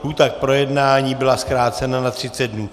Lhůta k projednání byla zkrácena na 30 dnů.